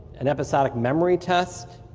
and episodic memory test,